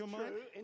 true